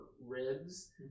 ribs